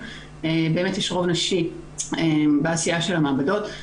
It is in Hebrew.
באמת יש רוב נשי בעשייה של המעבדות.